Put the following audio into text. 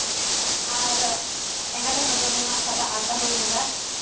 ᱟᱨ ᱮᱸᱜᱟᱛ ᱟᱯᱟᱛ ᱫᱚ ᱥᱟᱫᱟ ᱟᱞᱟ ᱯᱟᱹᱲ ᱜᱮᱸᱫᱟᱜ